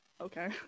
okay